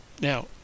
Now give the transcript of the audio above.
Now